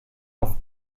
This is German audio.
auf